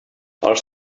els